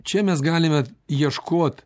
čia mes galime ieškot